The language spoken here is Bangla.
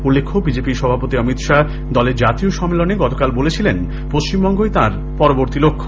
উল্লেখ্য বিজেপি সভাপতি অমিত শাহ দলের জাতীয় সম্মেলনে গতকাল বলেছিলেন পশ্চিমবঙ্গই তাঁর পরবর্তী লক্ষ্য